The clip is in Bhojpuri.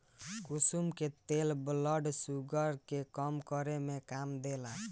कुसुम के तेल ब्लड शुगर के कम करे में काम देला